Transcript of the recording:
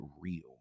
real